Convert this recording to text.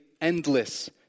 endless